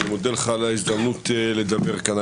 אני מודה לך על ההזדמנות לדבר כאן.